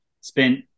spent